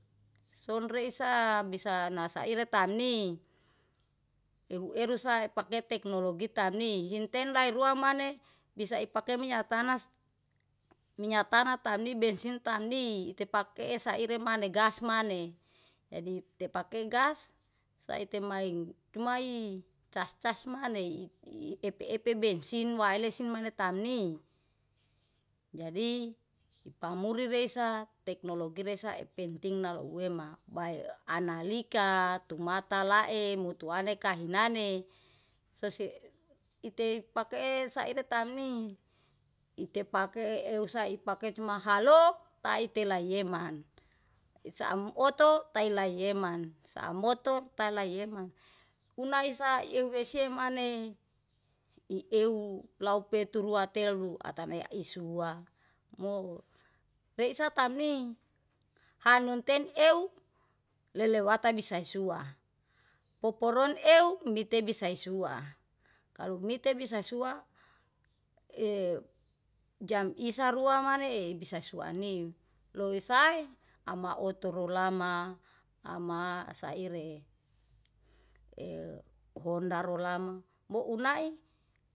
Sonreisa bisa na saire tamni, ehuerusa pake teknologi tamni hinten lae rua maneh bisa ipake minyak tanah tamni, bensin tamni, itepake esaire maneh gas maneh. Jadi tepakei gas saite maeng cumai cas-cas maneh, i epe-epe bensin wae lesin maneh tamni. Jadi ipamuri resa teknologi resa epenting nalouema bae analika tumata lae mutuwane kahinane sosi itei pake saire tamni. Itei pake eeuwsa ipake cuma halo tae telayeman. Isaam oto taelai yeman, saa moto tae lae yeman, unaisa euwehsie maneh ieuw lau peturua telu ata mea isua. Mo reisa tamni, hanun ten euw lelewata bisa suwa, poporon euw mite bisa suwa. Kalu mite bisa suwa e jam isarua maneh bisa suani loi sae ama oto rolama, ama saire e honda rolama, bo unai.